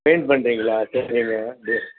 paint பண்ணுறிங்களா சரிங்க